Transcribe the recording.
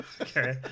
Okay